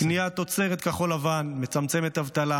קניית תוצרת כחול-לבן מצמצמת אבטלה,